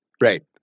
Right